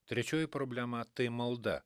trečioji problema tai malda